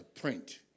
print